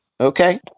Okay